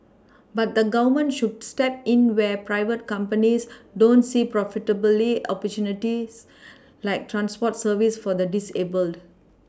but the Government should step in where private companies don't see profitable opportunities like transport services for the disabled